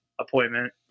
appointment